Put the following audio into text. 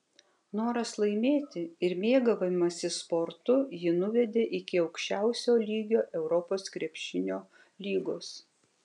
noras laimėti ir mėgavimasis sportu jį nuvedė iki aukščiausio lygio europos krepšinio lygos